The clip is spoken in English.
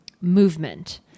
movement